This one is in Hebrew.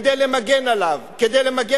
כדי למגן אותו.